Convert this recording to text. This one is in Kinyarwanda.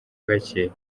bake